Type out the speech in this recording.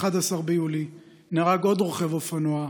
12 ביולי נהרג עוד רוכב אופנוע,